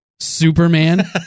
Superman